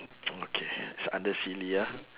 okay it's under silly ah